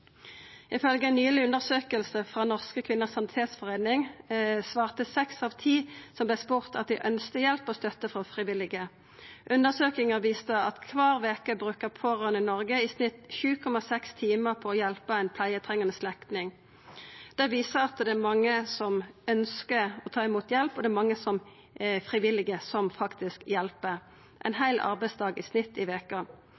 nyleg undersøking frå Norske Kvinners Sanitetsforening svarte seks av ti som vart spurde, at dei ønskte hjelp og støtte frå frivillige. Undersøkinga viste at kvar veke bruker pårørande i Noreg i snitt 7,6 timar på å hjelpa ein pleietrengande slektning. Det viser at det er mange som ønskjer å ta imot hjelp, og det er mange frivillige som faktisk hjelper – i snitt ein